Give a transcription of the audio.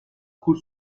coup